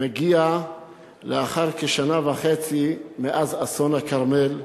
מגיע לאחר כשנה וחצי מאז אסון הכרמל,